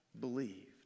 believed